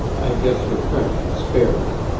i guess your friend can spare you.